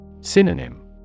Synonym